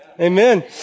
Amen